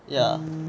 ya